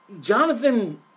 Jonathan